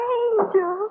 angel